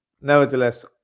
nevertheless